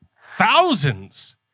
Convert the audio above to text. Thousands